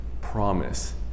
promise